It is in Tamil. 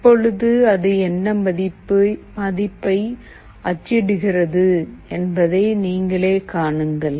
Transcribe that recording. இப்போது அது எந்த மதிப்பை அச்சிடுகிறது என்பதை நீங்களே காணுங்கள்